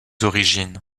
origines